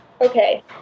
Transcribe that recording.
Okay